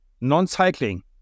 Non-cycling